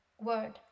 word